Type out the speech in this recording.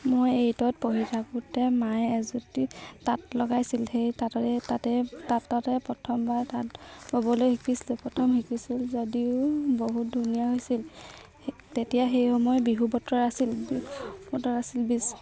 মই এইটত পঢ়ি থাকোঁতে মায়ে এজোঁটি তাঁত লগাইছিল সেই তাঁততে তাতে তাঁততে প্ৰথমবাৰ তাঁত ক'বলৈ শিকিছিলোঁ প্ৰথম শিকিছিলোঁ যদিও বহুত ধুনীয়া হৈছিল তেতিয়া সেই সময় বিহু বতৰ আছিল বিহু বতৰ আছিল